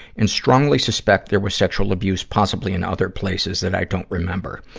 and strongly suspect there was sexual abuse possibly in other places that i don't remember.